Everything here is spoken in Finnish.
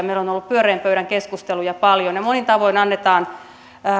meillä on ollut pyöreän pöydän keskusteluja paljon monin tavoin annetaan